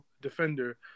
defender